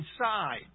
inside